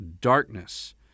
darkness